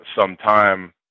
sometime